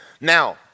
Now